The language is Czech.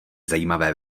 zajímavé